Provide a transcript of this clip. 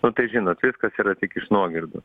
nu tai žinot viskas yra tik iš nuogirdų